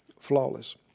flawless